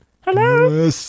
Hello